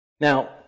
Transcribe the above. Now